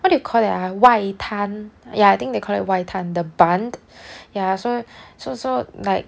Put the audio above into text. what do you call that ah 外滩 ya I think they call it 外滩 the bund ya so so so like